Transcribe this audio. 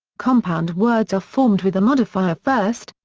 compound words are formed with a modifier-first,